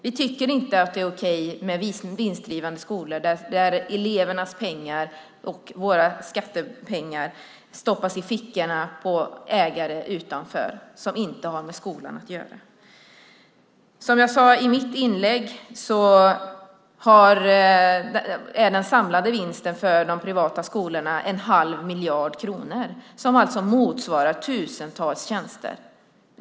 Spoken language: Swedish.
Vi tycker inte att det är okej med vinstdrivande skolor där elevernas pengar och våra skattepengar stoppas i fickorna på ägare utanför som inte har med skolan att göra. Som jag sade i mitt inlägg är den samlade vinsten för de privata skolorna en halv miljard kronor. Det motsvarar tusentals lärartjänster.